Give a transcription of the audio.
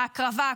ההקרבה,